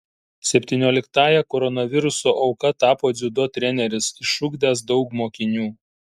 septynioliktąja koronaviruso auka tapo dziudo treneris išugdęs daug mokinių